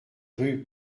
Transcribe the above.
rue